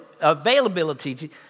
availability